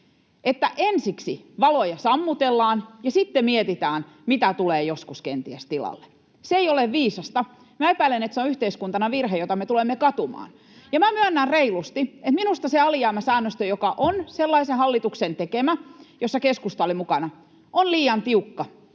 että ensiksi valoja sammutellaan ja sitten mietitään, mitä tulee joskus kenties tilalle. Se ei ole viisasta. Minä epäilen, että se on yhteiskuntana virhe, jota me tulemme katumaan. [Krista Kiuru: Näin on!] Myönnän reilusti, että minusta se alijäämäsäännöstö — joka on sellaisen hallituksen tekemä, jossa keskusta oli mukana — on liian tiukka